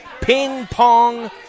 Ping-pong